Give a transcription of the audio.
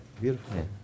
Beautiful